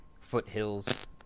foothills